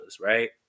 right